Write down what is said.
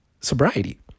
sobriety